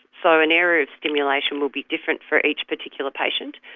so an area of stimulation will be different for each particular patient,